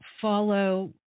follow